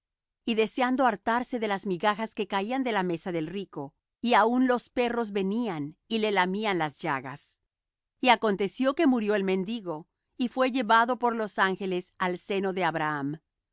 y deseando hartarse de las migajas que caían de la mesa del rico y aun los perros venían y le lamían las llagas y aconteció que murió el mendigo y fué llevado por los ángeles al seno de abraham